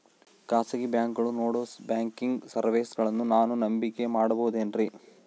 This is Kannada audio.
ಖಾಸಗಿ ಬ್ಯಾಂಕುಗಳು ನೇಡೋ ಬ್ಯಾಂಕಿಗ್ ಸರ್ವೇಸಗಳನ್ನು ನಾನು ನಂಬಿಕೆ ಮಾಡಬಹುದೇನ್ರಿ?